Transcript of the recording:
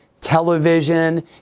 television